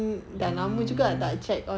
mm